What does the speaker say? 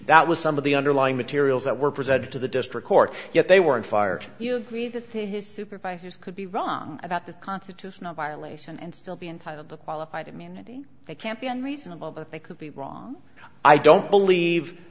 that was some of the underlying materials that were presented to the district court yet they weren't fired you agree that his supervisors could be wrong about the constitutional violation and still be entitled to qualified immunity they can't be unreasonable but they could be wrong i don't believe